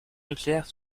nucléaire